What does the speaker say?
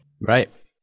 Right